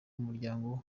muryango